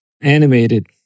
animated